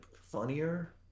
funnier